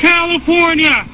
California